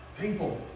people